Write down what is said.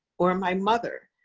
or my mother,